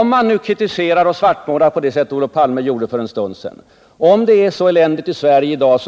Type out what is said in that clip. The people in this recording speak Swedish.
Om man nu kritiserar och svartmålar på det sätt Olof Palme gjorde för en stund sedan, om det är så eländigt i Sverige i dag,